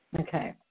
Okay